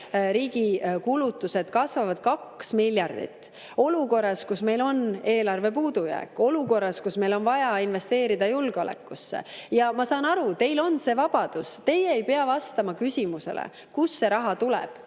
riigi kulutused kasvavad 2 miljardit. Olukorras, kus meil on eelarve puudujääk. Olukorras, kus meil on vaja investeerida julgeolekusse. Ma saan aru, teil on see vabadus. Teie ei pea vastama küsimusele, kust see raha tuleb,